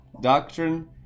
Doctrine